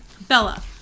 Bella